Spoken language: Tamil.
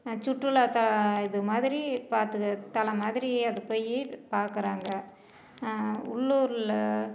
சுற்றுலா இது மாதிரி பாத்துக்கிறது தளம் மாதிரி அது போய் பாக்கிறாங்க உள்ளூரில்